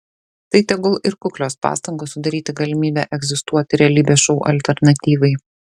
tai tegul ir kuklios pastangos sudaryti galimybę egzistuoti realybės šou alternatyvai